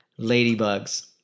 Ladybugs